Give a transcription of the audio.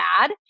bad